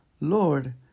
Lord